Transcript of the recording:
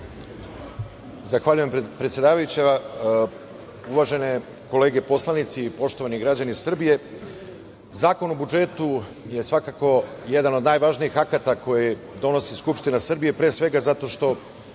Zahvaljujem, predsedavajuća. Uvažene kolege poslanici, poštovani građani Srbije, Zakon o budžetu je svakako jedan od najvažnijih akata koji donosi Skupština Srbije, pre svega zato što